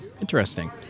Interesting